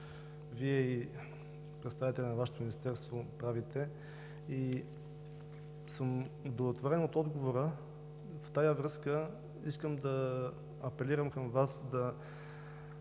Вие и представители на Вашето Министерство правите, и съм удовлетворен от отговора. В тази връзка искам да апелирам към Вас да